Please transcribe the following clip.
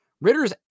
Ritter's